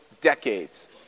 decades